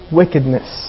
wickedness